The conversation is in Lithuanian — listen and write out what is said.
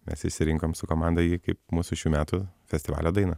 mes išsirinkom su komanda jį kaip mūsų šių metų festivalio dainą